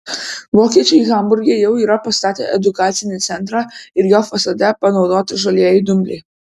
vokiečiai hamburge jau yra pastatę edukacinį centrą ir jo fasade panaudoti žalieji dumbliai